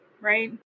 right